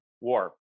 war